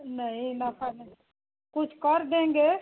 नहीं नफ़ा नहीं कुछ कर देंगे